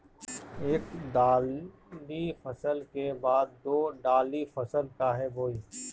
एक दाली फसल के बाद दो डाली फसल काहे बोई?